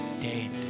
dead